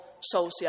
social